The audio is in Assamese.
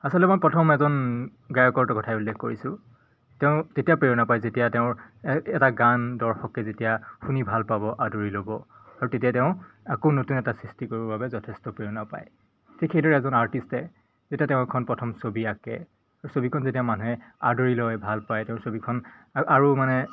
আচলতে মই প্ৰথম এজন গায়কৰতো কথাই উল্লেখ কৰিছোঁ তেওঁ তেতিয়া প্ৰেৰণা পায় যেতিয়া তেওঁৰ এ এটা গান দৰ্শকে যেতিয়া শুনি ভাল পাব আদৰি ল'ব আৰু তেতিয়া তেওঁ আকৌ নতুন এটা সৃষ্টি কৰিবৰ বাবে যথেষ্ট প্ৰেৰণা পায় ঠিক সেইদৰে এজন আৰ্টিষ্টে যেতিয়া তেওঁ এখন প্ৰথম ছবি আঁকে আৰু ছবিখন যেতিয়া মানুহে আদৰি লয় ভাল পায় তেওঁৰ ছবিখন আৰু আৰু মানে